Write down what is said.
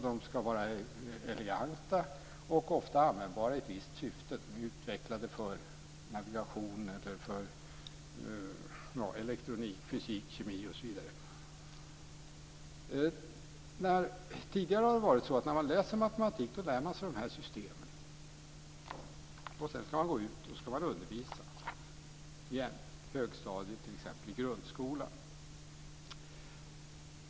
De ska vara eleganta och användbara i ett visst syfte. De kan vara utvecklade för navigation eller för elektronik, fysik, kemi osv. Tidigare lärde man sig dessa system när man läste matematik. Sedan skulle man ut och undervisa t.ex. i högstadiet i grundskolan.